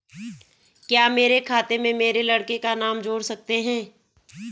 क्या मेरे खाते में मेरे लड़के का नाम जोड़ सकते हैं?